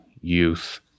youth